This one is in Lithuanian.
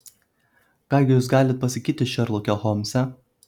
ką gi jūs galit pasakyti šerloke holmse